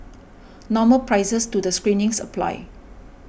normal prices to the screenings apply